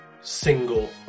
single